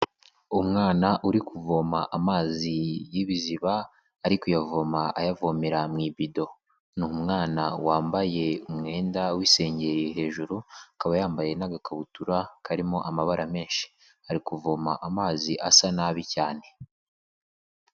Umwana uri kuvoma amazi y'ibiziba ari kuyavoma ayavomera mu ibido, ni umwana wambaye umwenda w'isengeri hejuru, akaba yambaye n'agakabutura karimo amabara menshi, ari kuvoma amazi asa nabi cyane.